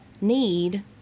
need